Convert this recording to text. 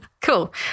Cool